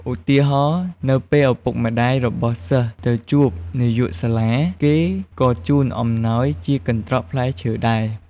ឧទាហរណ៍ នៅពេលឪពុកម្ដាយរបស់សិស្សទៅជួបនាយកសាលា គេក៏ជូនអំណោយជាកន្ត្រកផ្លែឈើដែរ។